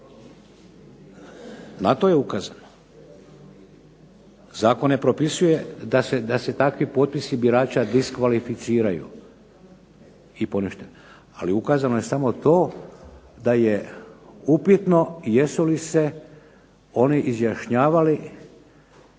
svoga prebivališta. Zakon ne propisuje da se takvi potpisi birača diskvalificiraju i ponište. Ali ukazano je samo to da je upitno jesu li se oni izjašnjavali